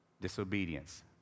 disobedience